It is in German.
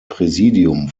präsidium